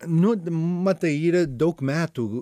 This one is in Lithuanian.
nu matai yra daug metų